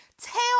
Tell